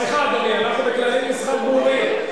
סליחה, אדוני, אנחנו בכללי משחק ברורים.